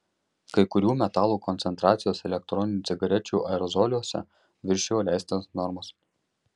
kai kurių metalų koncentracijos elektroninių cigarečių aerozoliuose viršijo leistinas normas